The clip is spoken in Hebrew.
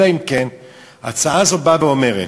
אלא אם כן ההצעה הזאת באה ואומרת,